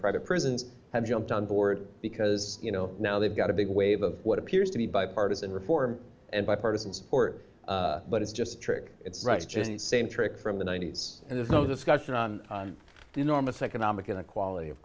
private prisons have jumped on board because you know now they've got a big wave of what appears to be bipartisan reform and bipartisan support but it's just a trick it's just the same trick from the ninety's and there's no discussion on the enormous economic inequality of